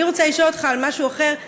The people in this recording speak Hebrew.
אני רוצה לשאול אותך על משהו אחר,